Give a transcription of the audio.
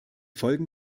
folgen